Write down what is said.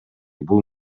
бул